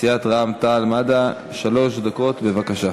מסיעת רע"ם-תע"ל-מד"ע, שלוש דקות, בבקשה.